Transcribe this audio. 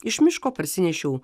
iš miško parsinešiau